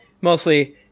mostly